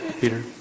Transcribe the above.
Peter